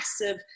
massive